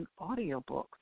audiobooks